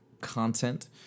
content